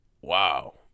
Wow